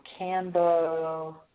Canbo